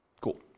Cool